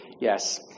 Yes